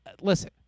listen